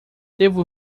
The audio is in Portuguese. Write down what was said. devo